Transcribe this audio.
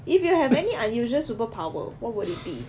if you have any unusual superpower what will it be